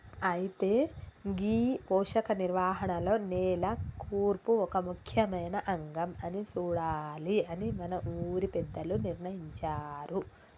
అయితే గీ పోషక నిర్వహణలో నేల కూర్పు ఒక ముఖ్యమైన అంగం అని సూడాలి అని మన ఊరి పెద్దలు నిర్ణయించారు